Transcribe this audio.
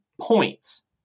points